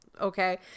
okay